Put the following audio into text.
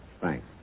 Thanks